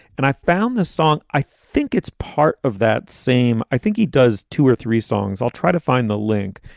and i found this song. i think it's part of that same. i think he does two or three songs. i'll try to find the link.